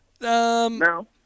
No